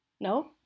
No